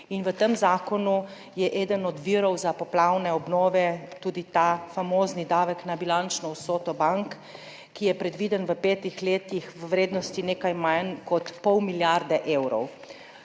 V tem zakonu je eden od virov za poplavne obnove tudi ta famozni davek na bilančno vsoto bank, ki je predviden v petih letih v vrednosti nekaj manj kot pol milijarde evrov.